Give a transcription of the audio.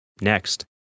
Next